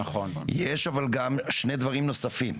אבל יש גם שני דברים נוספים: